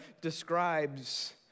describes